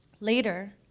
Later